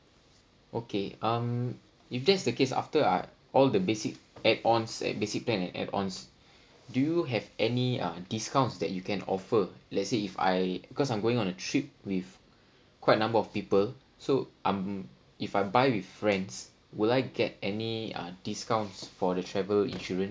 okay um if that's the case after I've all the basic add ons at basic plans and add ons do you have any uh discounts that you can offer let's say if I because I'm going on a trip with quite a number of people so I'm if I buy with friends would I get any uh discounts for the travel insurances